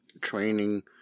training